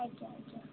ଆଜ୍ଞା ଆଜ୍ଞା